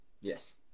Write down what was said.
Yes